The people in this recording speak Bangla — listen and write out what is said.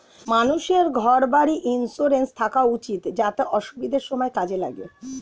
মানুষের ঘর বাড়ির ইন্সুরেন্স থাকা উচিত যাতে অসুবিধার সময়ে কাজে লাগে